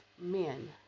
men